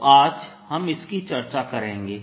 तो आज हम उसकी चर्चा करेंगे